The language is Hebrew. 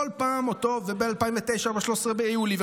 וב-2009 ב-13 ביולי.